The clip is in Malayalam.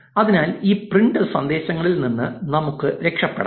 അതിനാൽ ഈ പ്രിന്റ് സന്ദേശങ്ങളിൽ നിന്ന് നമുക്ക് രക്ഷപ്പെടാം